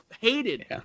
hated